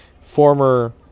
former